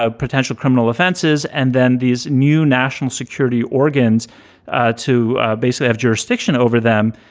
ah potential criminal offenses, and then these new national security organs to basically have jurisdiction over them.